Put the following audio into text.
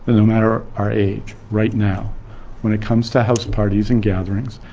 ah no matter our our age right now when it comes to house parties and gatherings,